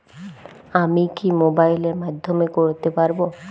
আমি কি মোবাইলের মাধ্যমে করতে পারব?